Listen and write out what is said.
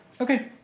Okay